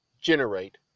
generate